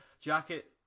jacket